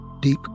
Deep